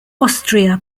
austria